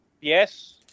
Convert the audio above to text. Yes